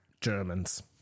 Germans